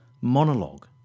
monologue